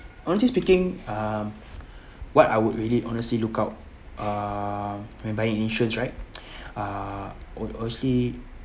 honestly speaking um what I would really honestly look out uh when buying an insurance right uh o~ obviously